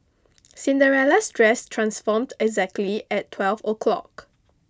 Cinderella's dress transformed exactly at twelve o'clock